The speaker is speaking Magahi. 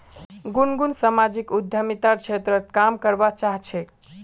गुनगुन सामाजिक उद्यमितार क्षेत्रत काम करवा चाह छेक